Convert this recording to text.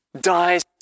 dies